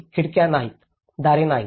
खिडक्या नाहीत दारे नाहीत